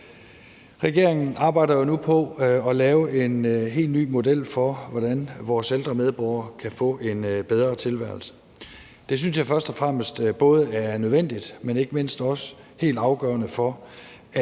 Regeringen arbejder nu på at lave en helt ny model for, hvordan vores ældre medborgere kan få en bedre tilværelse. Det synes jeg først og fremmest både er nødvendigt, men ikke mindst også helt afgørende for,